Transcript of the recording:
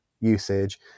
usage